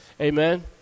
amen